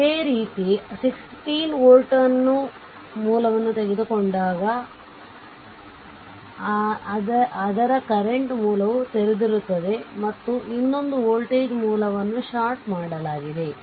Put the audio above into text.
ಅದೇ ರೀತಿ ಈ 16 ವೋಲ್ಟ್ ಮೂಲವನ್ನು ತೆಗೆದುಕೊಂಡಾಗ ಆದರೆ ಕರೆಂಟ್ ಮೂಲವು ತೆರೆದಿರುತ್ತದೆ ಮತ್ತು ಇನ್ನೊಂದು ವೋಲ್ಟೇಜ್ ಮೂಲವನ್ನು ಷಾರ್ಟ್ ಮಾಡಲಾಗಿದೆ